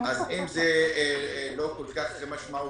אז אם זה לא כל כך משמעותי,